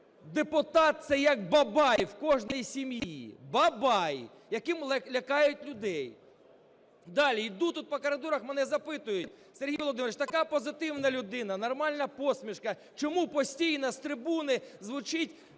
депутат – це як бабай в кожній сім'ї". Бабай, яким лякають людей. Далі, іду тут по коридорах, мене запитують: "Сергій Володимирович, така позитивна людина, нормальна посмішка. Чому постійно з трибуни звучить